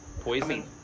Poison